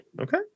okay